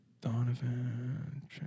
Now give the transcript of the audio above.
Donovan